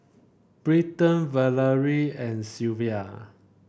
Britton Valery and Sylvia